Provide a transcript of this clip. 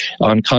on